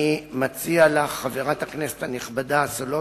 אני מציע לך, חברת הכנסת הנכבדה סולודקין,